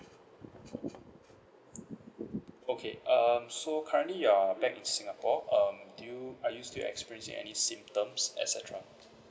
okay um so currently you're back in singapore um do you are you still experiencing any symptoms et cetera